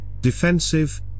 defensive